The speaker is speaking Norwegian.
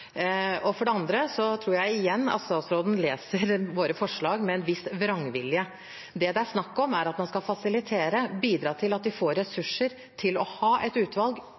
og for det andre tror jeg igjen at statsråden leser våre forslag med en viss vrangvilje. Det det er snakk om, er at man skal fasilitere, bidra til at de får ressurser, til å ha et utvalg